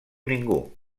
ningú